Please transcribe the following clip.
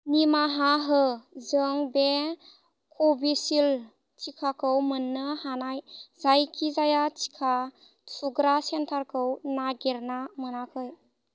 निमाहा हो जों बे कविसिल्द थिखाखौ मोन्नो हानाय जायखिजाया टिका थुग्रा सेन्टारखौ नागिरना मोनाखै